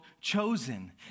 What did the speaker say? chosen